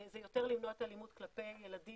זה יותר למנוע את האלימות כלפי ילדים